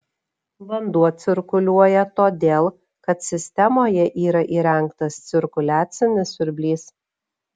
vanduo cirkuliuoja todėl kad sistemoje yra įrengtas cirkuliacinis siurblys